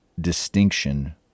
distinction